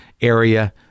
area